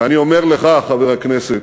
ואני אומר לך, חבר הכנסת,